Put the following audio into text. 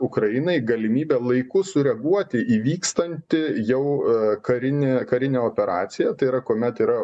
ukrainai galimybę laiku sureaguoti į vykstantį jau karinį karinę operaciją tai yra kuomet yra